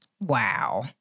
Wow